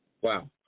Wow